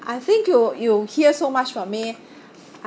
I think you you hear so much from me